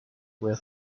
where